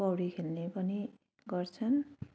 पौडी खेल्ने पनि गर्छन्